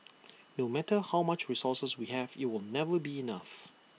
no matter how much resources we have IT will never be enough